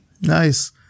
Nice